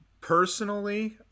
personally